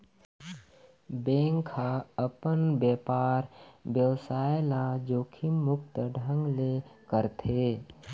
bank ह अपन बेपार बेवसाय ल जोखिम मुक्त ढंग ले करथे